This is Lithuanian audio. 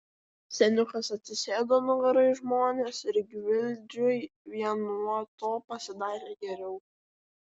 seniukas atsisėdo nugara į žmones ir gvildžiui vien nuo to pasidarė geriau